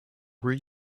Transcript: were